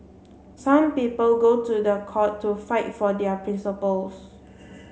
some people go to the court to fight for their principles